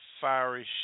fiery